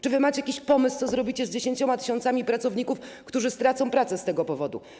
Czy wy macie jakiś pomysł, co zrobicie z 10 tys. pracowników, którzy stracą pracę z tego powodu?